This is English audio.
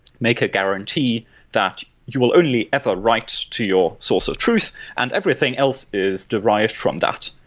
make a guarantee that you will only ever write to your source of truth and everything else is derived from that.